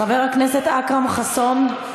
חבר הכנסת אכרם חסון,